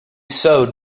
sewed